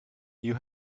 you